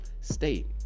state